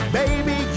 baby